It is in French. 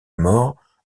mort